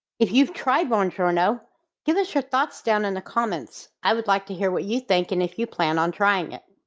if you've tried bonjoro give us your thoughts down in the comments. i would like to hear what you think and if you plan on trying it.